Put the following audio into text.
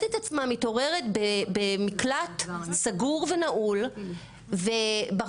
את עצמה מתעוררת במקלט סגור ונעול ובחושך,